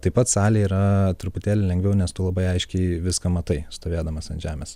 taip pat salėj yra truputėlį lengviau nes tu labai aiškiai viską matai stovėdamas ant žemės